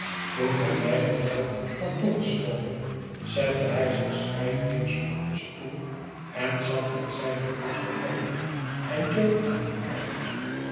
toen hij mij het geld had toegeschoven zette hij zich schrijdeiings op den stoel en zat met zijne beurs te bengelen en jo aan te kijken